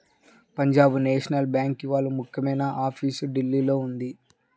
Punjab national bank వాళ్ళ ముఖ్యమైన office ఢిల్లీలో ఉంది